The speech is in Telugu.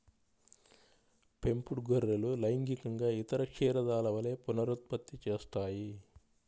పెంపుడు గొర్రెలు లైంగికంగా ఇతర క్షీరదాల వలె పునరుత్పత్తి చేస్తాయి